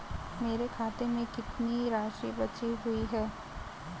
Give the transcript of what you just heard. मेरे खाते में कितनी राशि बची हुई है?